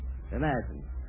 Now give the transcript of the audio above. Imagine